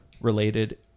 related